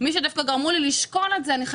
מי שדווקא גרמו לי לשקול את זה אלה אנשי